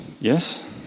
yes